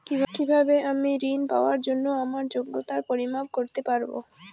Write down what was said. কিভাবে আমি ঋন পাওয়ার জন্য আমার যোগ্যতার পরিমাপ করতে পারব?